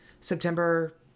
September